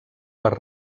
per